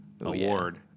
award